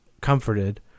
comforted